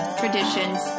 traditions